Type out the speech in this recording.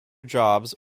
jobs